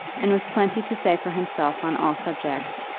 and with plenty to say for himself on all subjects,